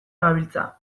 gabiltza